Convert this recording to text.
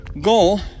goal